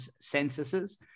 censuses